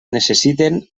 necessiten